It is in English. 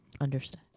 Understood